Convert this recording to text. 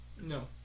No